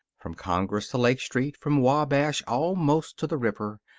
from congress to lake street, from wabash almost to the river,